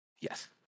yes